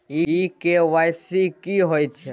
इ के.वाई.सी की होय छै?